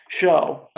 show